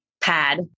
pad